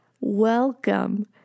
welcome